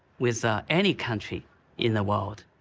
with any country in the world.